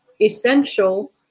essential